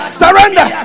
surrender